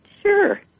sure